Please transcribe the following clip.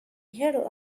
here